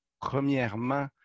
premièrement